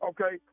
Okay